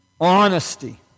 Honesty